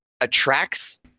attracts